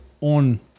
on